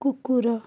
କୁକୁର